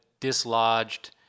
dislodged –